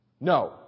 No